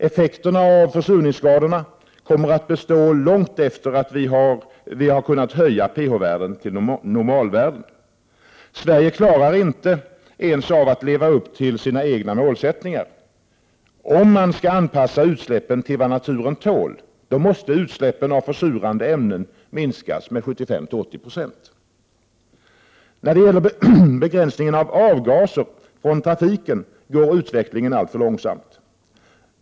Effekterna av försurningsskadorna kommer att bestå långt efter det att vi har kunnat höja pH-värdena till normalvärden. Sverige klarar inte ens av att leva upp till sina egna målsättningar. Om man skall anpassa utsläppen till vad naturen tål måste utsläppen av försurande ämnen minskas med 75—80 96. När det gäller begränsningen av avgaser från trafiken går utvecklingen alltför långsamt.